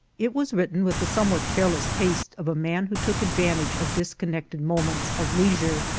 it was written with the somewhat careless haste of a man who took advantage of disconnected moments of leisure,